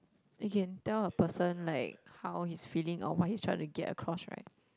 you can tell a person like how he's feeling or what he's trying to get across right